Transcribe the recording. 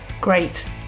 great